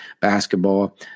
basketball